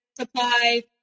supply